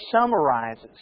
summarizes